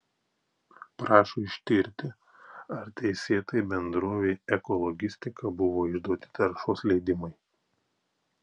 prašo ištirti ar teisėtai bendrovei ekologistika buvo išduoti taršos leidimai